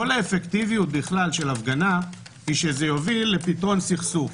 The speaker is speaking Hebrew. כל האפקטיביות של ההפגנה היא שזה יוביל לפתרון סכסוך.